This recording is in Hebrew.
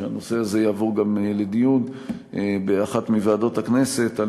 שהנושא הזה יעבור גם לדיון באחת מוועדות הכנסת על